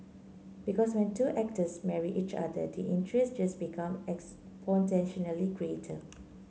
because when two actors marry each other the interest just become exponentially greater